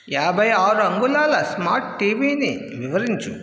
యాభై ఆరు అంగుళాల స్మార్ట్ టివీని వివరించు